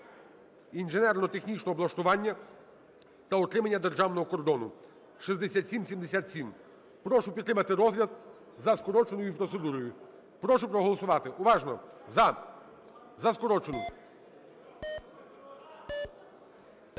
інженерно-технічного облаштування та утримання державного кордону (6777). Прошу підтримати розгляд за скороченою процедурою. Прошу проголосувати, уважно, за скорочену.